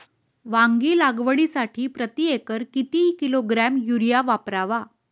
वांगी लागवडीसाठी प्रती एकर किती किलोग्रॅम युरिया वापरावा?